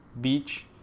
beach